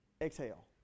Exhale